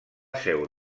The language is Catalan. seu